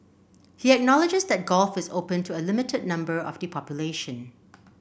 he acknowledges that golf is open to a limited number of the population